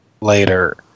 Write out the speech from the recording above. Later